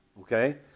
okay